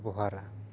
ᱵᱮᱵᱚᱦᱟᱨᱟ